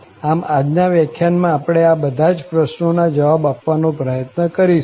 આમ આજ ના વ્યાખ્યાનમાં આપણે આ બધા જ પ્રશ્નો ના જવાબ આપવાનો પ્રયત્ન કરીશું